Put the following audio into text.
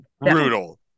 brutal